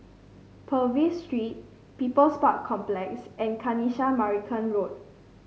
Purvis Street People's Park Complex and Kanisha Marican Road